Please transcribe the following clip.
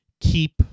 keep